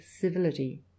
civility